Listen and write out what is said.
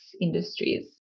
industries